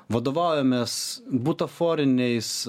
vadovaujamės butaforiniais